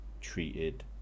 treated